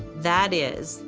that is,